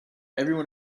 everyone